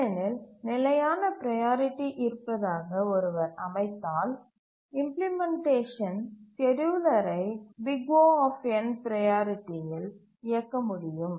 ஏனெனில் நிலையான ப்ரையாரிட்டி இருப்பதாக ஒருவர் அமைத்தால் இம்பிளிமெண்டேஷன் ஸ்கேட்யூலரை O ப்ரையாரிட்டியில் இயக்க முடியும்